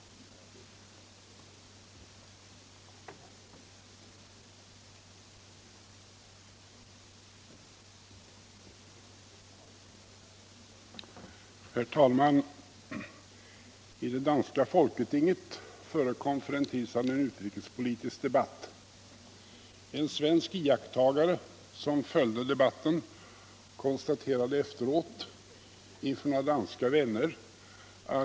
debatt och valutapolitisk debatt